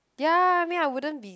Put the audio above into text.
ya I mean I wouldn't be